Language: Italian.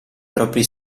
propri